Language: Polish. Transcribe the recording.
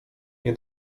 nie